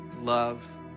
love